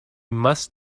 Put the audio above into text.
must